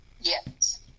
Yes